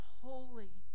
holy